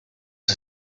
the